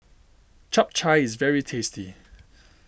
Chap Chai is very tasty